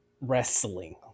wrestling